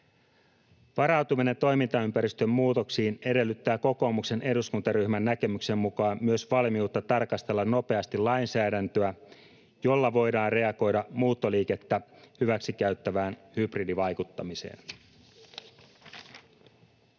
Varautuminen toimintaympäristön muutoksiin edellyttää kokoomuksen eduskuntaryhmän näkemyksen mukaan myös valmiutta tarkastella nopeasti lainsäädäntöä, jolla voidaan reagoida muuttoliikettä hyväksikäyttävään hybridivaikuttamiseen.